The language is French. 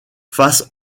face